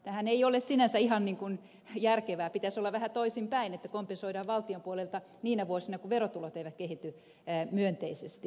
tämähän ei ole sinänsä ihan järkevää pitäisi olla vähän toisinpäin että kompensoidaan valtion puolelta niinä vuosina kun verotulot eivät kehity myönteisesti